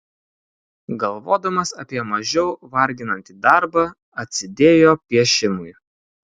galvodamas apie mažiau varginantį darbą atsidėjo piešimui